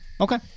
Okay